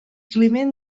climent